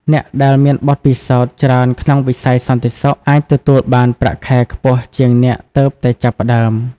អ្នកដែលមានបទពិសោធន៍ច្រើនក្នុងវិស័យសន្តិសុខ អាចទទួលបានប្រាក់ខែខ្ពស់ជាងអ្នកទើបតែចាប់ផ្តើម។